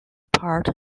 part